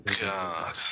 God